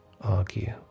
argue